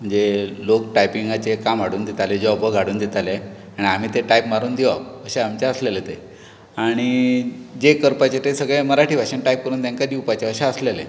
म्हणजे लोक टायपिंगाचे काम हाडून दिताले जोब वर्क हाडून दिताले आनी आमी तें टायप मारून दिवप अशें आमचें आसलेलें तें आणी जें करपाचें तें सगळें मराठी भाशेंत टायप करून तांकां दिवपाचें अशें आसलेलें